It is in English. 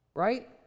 Right